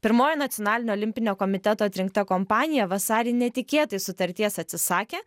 pirmoji nacionalinio olimpinio komiteto atrinkta kompanija vasarį netikėtai sutarties atsisakė